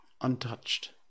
untouched